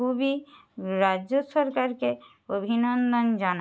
খুবই রাজ্য সরকারকে অভিনন্দন জানাই